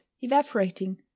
evaporating